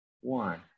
one